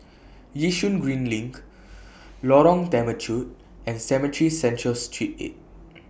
Yishun Green LINK Lorong Temechut and Cemetry Central Street eight